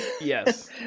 Yes